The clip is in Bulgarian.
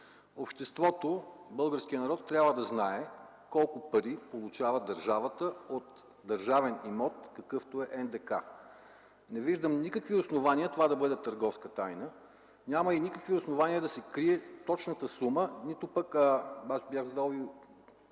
Обществото, българският народ трябва да знае колко пари получава държавата от държавен имот, какъвто е НДК. Не виждам никакви основания това да бъде търговска тайна. Няма и никакви основания да се крие точната сума. Бях задал